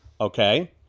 okay